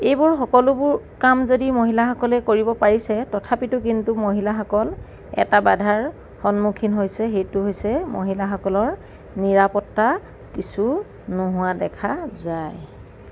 এইবোৰ সকলোবোৰ কাম যদি মহিলাসকলে কৰিব পাৰিছে তথাপিতো কিন্তু মহিলাসকল এটা বাধাৰ সন্মুখীন হৈছে সেইটো হৈছে মহিলাসকলৰ নিৰাপত্তা কিছু নোহোৱা দেখা যায়